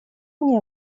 мне